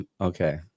Okay